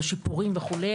בשיפורים וכו'.